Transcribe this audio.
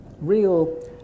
real